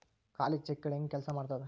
ಖಾಲಿ ಚೆಕ್ಗಳ ಹೆಂಗ ಕೆಲ್ಸಾ ಮಾಡತದ?